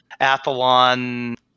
Athlon